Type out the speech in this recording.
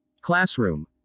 classroom